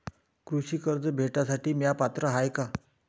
कृषी कर्ज भेटासाठी म्या पात्र हाय का?